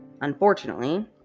Unfortunately